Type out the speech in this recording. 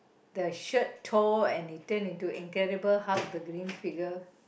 the shirt tore and he turn into incredible hulk the green figure